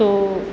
તો